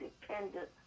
dependent